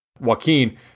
Joaquin